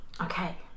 Okay